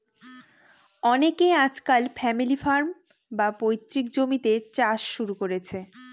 অনকে আজকাল family farm, বা পৈতৃক জমিতে চাষ শুরু করেছে